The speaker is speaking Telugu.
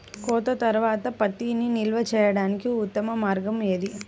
కోత తర్వాత పత్తిని నిల్వ చేయడానికి ఉత్తమ మార్గం ఏది?